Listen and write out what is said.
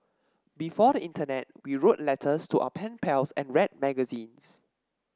before the internet we wrote letters to our pen pals and read magazines